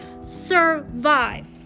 Survive